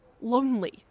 lonely